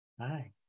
Hi